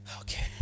Okay